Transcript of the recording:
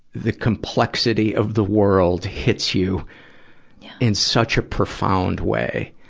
the complexity of the world hits you in such a profound way.